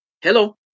Hello